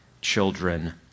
children